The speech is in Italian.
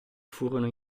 furono